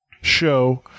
show